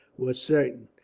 was certain.